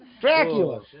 Dracula